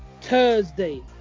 Thursday